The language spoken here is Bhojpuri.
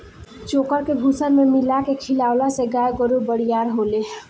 चोकर के भूसा में मिला के खिआवला से गाय गोरु बरियार होले